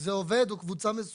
זה עובד או קבוצה מסוימת,